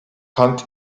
hand